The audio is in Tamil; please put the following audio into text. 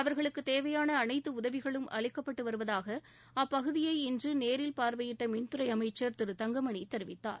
அவர்களுக்குத் தேவையாள அனைத்து உதவிகளும் அளிக்கப்பட்டு வருவதாக அப்பகுதியை இன்று நேரில் பார்வையிட்ட மின்துறை அமைச்சர் திரு தங்கமணி தெரிவித்தார்